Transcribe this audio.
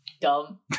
dumb